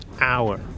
hour